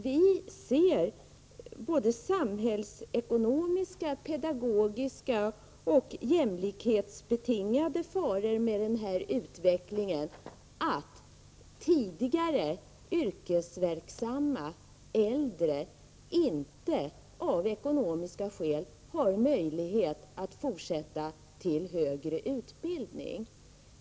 Vi ser samhällsekonomiska, pedagogiska och jämlikhetsbetingade faror i att tidigare yrkesverksamma äldre av ekonomiska skäl inte har möjlighet att fortsätta till högre utbildning.